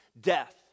death